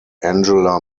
angela